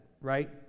right